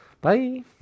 Bye